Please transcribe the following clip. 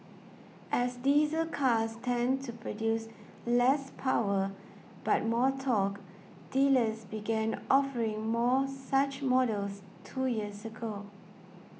as diesel cars tend to produce less power but more torque dealers began offering more such models two years ago